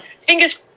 fingers